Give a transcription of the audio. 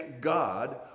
god